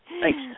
Thanks